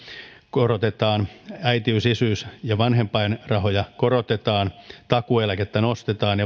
korotetaan äitiys isyys ja vanhempainrahoja korotetaan takuueläkettä nostetaan